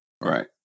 Right